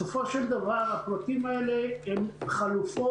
בסופו של דבר הפרטים האלה הם חלופות.